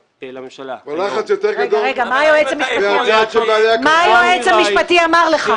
אני דיברתי עם היועץ המשפטי לממשלה היום --- מה היועץ המשפטי אמר לך?